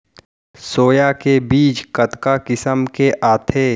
Soya के बीज कतका किसम के आथे?